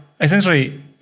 essentially